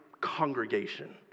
Congregation